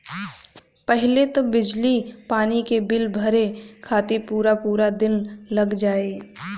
पहिले तअ बिजली पानी के बिल भरे खातिर पूरा पूरा दिन लाग जाए